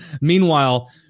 Meanwhile